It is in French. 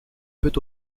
peut